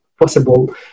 possible